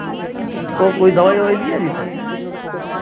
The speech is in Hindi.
तो कोई दवाई ववाई ली है अभी तक